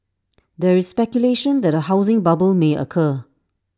there is speculation that A housing bubble may occur